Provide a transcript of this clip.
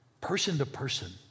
person-to-person